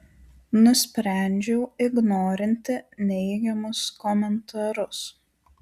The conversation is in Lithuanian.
nusprendžiau ignorinti neigiamus komentarus